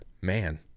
man